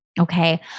Okay